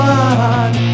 one